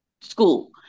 school